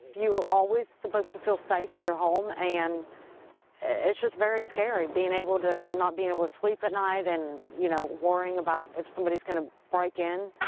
were always supposed to feel safe in your home and it's just very scary, being able to not being able to sleep at night and you know worrying about if somebody is going to break in.